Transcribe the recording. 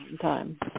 time